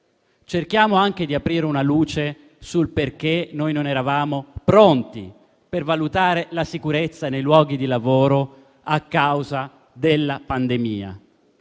cerchiamo di far luce sul perché non eravamo pronti a valutare la sicurezza nei luoghi di lavoro a causa della pandemia.